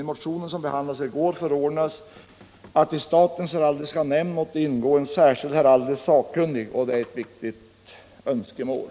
I motionen som behandlades i går förordades att i statens heraldiska nämnd måtte ingå en särskild heraldisk sakkunnig, och det är ett viktigt önskemål.